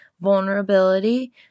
vulnerability